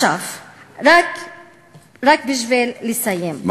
רק בשביל לסיים,